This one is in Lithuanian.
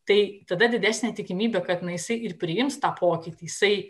tai tada didesnė tikimybė kad na jisai ir priims tą pokytį jisai